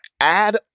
add